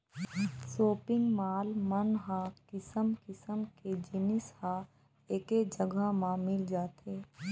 shopping mall मन ह किसम किसम के जिनिस ह एके जघा म मिल जाथे